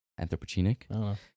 anthropogenic